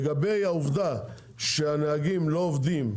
לגבי העובדה שהנהגים לא עובדים,